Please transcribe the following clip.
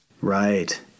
Right